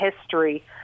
history